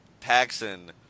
Paxson